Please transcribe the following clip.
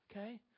Okay